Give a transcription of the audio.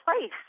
place